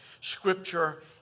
scripture